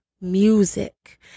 music